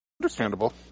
Understandable